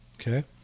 okay